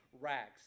rags